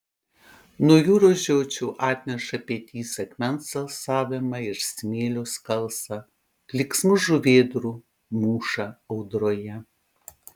nuo jūros žiočių atneša pietys akmens alsavimą ir smėlio skalsą klyksmus žuvėdrų mūšą audroje